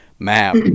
map